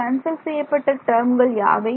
cancel செய்யப்பட்ட டேர்ம்கள் யாவை